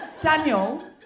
Daniel